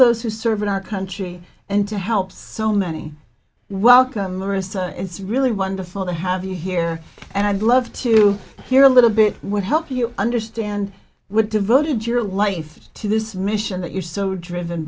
those who served our country and to help so many welcome arista it's really wonderful to have you here and i'd love to hear a little bit would help you understand would devoted your life to this mission that you're so driven